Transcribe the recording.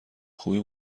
خوبی